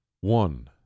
One